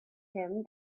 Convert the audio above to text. him